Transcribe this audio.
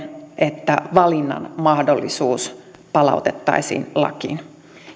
että valinnan mahdollisuus palautettaisiin lakiin